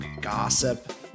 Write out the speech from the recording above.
gossip